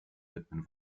widmen